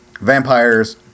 vampires